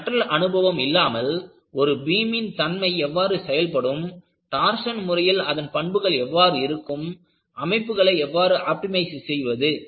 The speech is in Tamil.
அந்த கற்றல் அனுபவம் இல்லாமல் ஒரு பீமின் தன்மை எவ்வாறு செயல்படும் டார்சன் செயல்முறையில் அதன் பண்புகள் எவ்வாறு இருக்கும் அமைப்புகளை எவ்வாறு ஆப்டிமைஸ் செய்வது